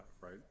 right